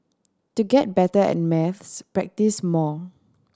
to get better at maths practise more